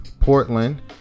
Portland